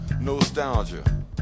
nostalgia